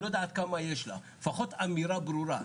אני לא יודע עד כמה יש לה, לפחות אמירה ברורה.